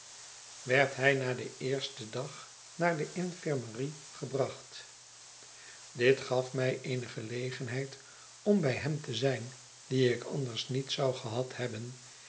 werd hij na den eersten dag naar de infirmerie gebracht dit gaf mij eene gelegenheid om bij hem te zijn die ik anders niet zou gehad hebben